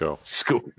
school